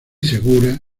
segura